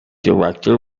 director